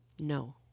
No